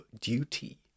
duty